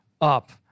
up